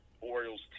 orioles